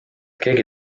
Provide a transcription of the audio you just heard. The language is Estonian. keegi